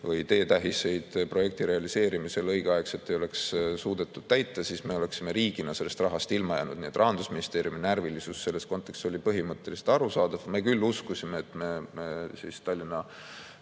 või teetähiseid projekti realiseerimisel õigeaegselt ei oleks suudetud täita, siis me oleksime riigina sellest rahast ilma jäänud. Nii et Rahandusministeeriumi närvilisus selles kontekstis oli põhimõtteliselt arusaadav. Me küll uskusime, et me Tallinna